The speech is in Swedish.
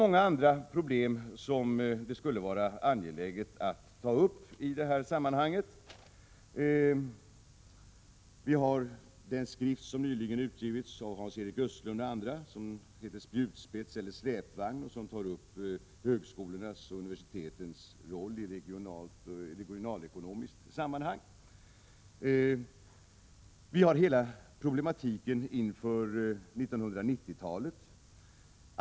Många andra problem skulle det också vara angeläget att ta upp i detta sammanhang. I en skrift som nyligen utgivits av Hans-Erik Östlund och andra och som heter Spjutspets eller släpvagn tar man upp högskolornas och universitetens roll i regionalekonomiskt sammanhang. Vi har hela problematiken inför 1990-talet.